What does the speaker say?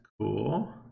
cool